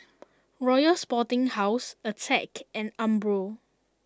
Royal Sporting House Attack and Umbro